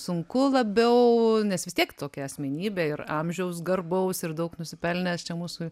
sunku labiau nes vis tiek tokia asmenybė ir amžiaus garbaus ir daug nusipelnęs čia mūsų